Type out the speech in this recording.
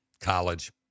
College